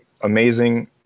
amazing